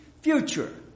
Future